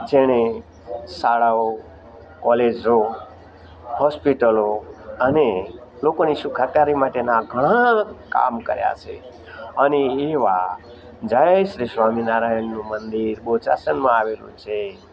જેણે શાળાઓ કોલેજો હોસ્પિટલો અને લોકોની સુખાકારી માટેના ઘણાં કામ કર્યાં છે અને એવા જયશ્રી સ્વામિનારાયણનું બોચાસણમાં આવેલું છે